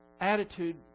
attitude